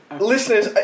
listeners